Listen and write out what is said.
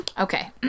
okay